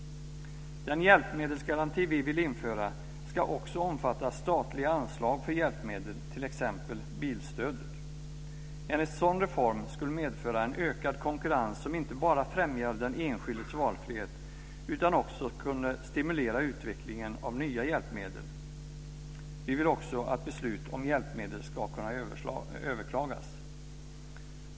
Den hjälpmedelsgaranti som vi vill införa ska också omfatta statliga anslag för hjälpmedel, t.ex. bilstödet. En sådan reform skulle medföra en ökad konkurrens som inte bara främjar den enskildes valfrihet, utan den skulle också stimulera utvecklingen av nya hjälpmedel. Vi vill också att beslut om hjälpmedel ska kunna överklagas. Fru talman!